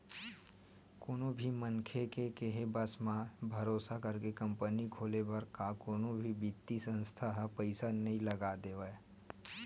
कोनो भी मनखे के केहे बस म, भरोसा करके कंपनी खोले बर का कोनो भी बित्तीय संस्था ह पइसा नइ लगा देवय